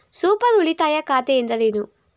Super ಉಳಿತಾಯ ಖಾತೆ ಎಂದರೇನು?